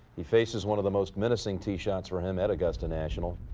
he faces one of the most menacing tee shots for him at augusta national.